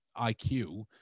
IQ